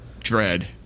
Dread